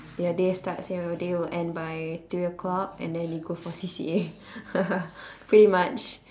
your day starts your day will end by three o'clock and then you go for C_C_A pretty much